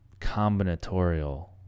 combinatorial